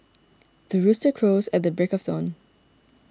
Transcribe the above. the rooster crows at the break of dawn